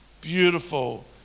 beautiful